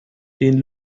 den